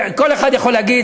כל אחד יכול להגיד,